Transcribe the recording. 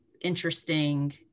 interesting